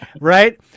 Right